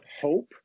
hope